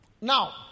Now